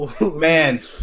man